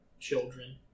children